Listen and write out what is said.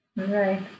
right